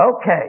Okay